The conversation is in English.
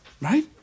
Right